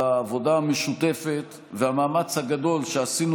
על העבודה המשותפת והמאמץ הגדול שעשינו,